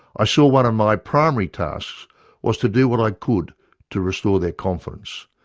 i saw one of my primary tasks was to do what i could to restore their confidence,